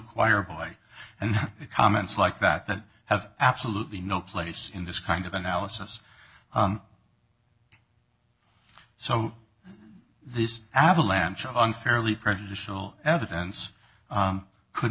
choirboy and comments like that that have absolutely no place in this kind of analysis so this avalanche of unfairly prejudicial evidence could